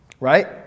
Right